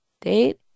date